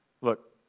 Look